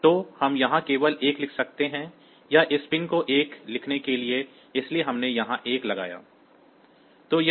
तो हम यहां केवल 1 लिख सकते हैं हां इस पिन को 1 लिखने के लिए इसलिए हमने यहां 1 लगाया